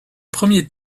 premier